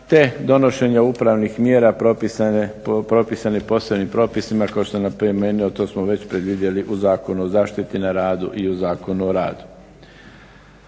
te donošenja upravnih mjera propisanih posebnim propisima. Kao što je napomenuo, to smo već predvidjeli u Zakonu o zaštiti na radu i u Zakonu o radu.